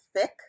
thick